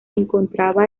encontraba